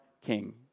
king